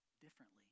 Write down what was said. differently